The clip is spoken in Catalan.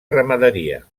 ramaderia